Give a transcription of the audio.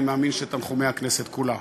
ואני מאמין שאת תנחומי הכנסת כולה.